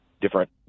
different